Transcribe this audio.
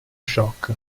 shock